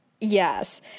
yes